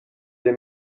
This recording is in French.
des